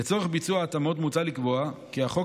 לצורך ביצוע ההתאמות מוצע לקבוע כי החוק